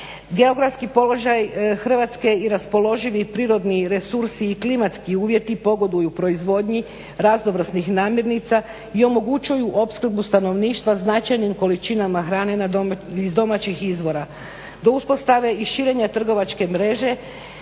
Geografski položaj Hrvatske i raspoloživi prirodni resursi i klimatski uvjeti pogoduju proizvodnji raznovrsnih namirnica i omogućuju opskrbu stanovništva značajnim količinama hrane iz domaćih izvora. Do uspostave i širenja trgovačke mreže